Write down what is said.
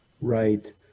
Right